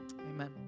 amen